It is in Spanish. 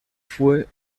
fue